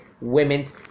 Women's